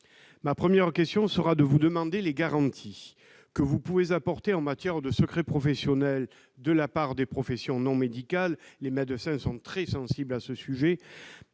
Ma première question porte sur les garanties que vous pouvez apporter en matière de respect du secret professionnel de la part des professions non médicales- les médecins sont très sensibles sur ce sujet